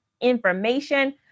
information